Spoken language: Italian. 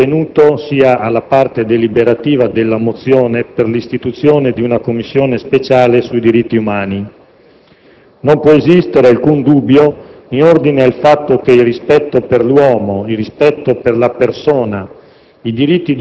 sia al contenuto sia alla parte deliberativa della mozione per l'istituzione di una Commissione speciale sui diritti umani. Non può esistere alcun dubbio in ordine al fatto che il rispetto per l'uomo, per la persona